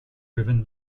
driven